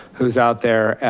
who's out there.